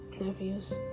Nephews